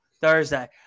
Thursday